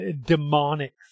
demonic